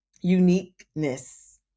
uniqueness